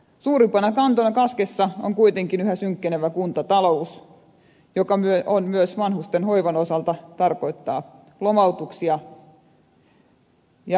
suurimpana kantona kaskessa on kuitenkin yhä synkkenevä kuntatalous joka myös vanhustenhoivan osalta tarkoittaa lomautuksia ja henkilöstösäästöjä